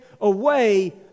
away